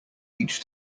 each